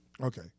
Okay